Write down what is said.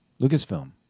LucasFilm